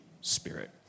Spirit